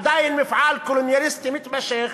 עדיין המפעל הקולוניאליסטי מתמשך,